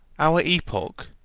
our epoch,